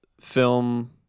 film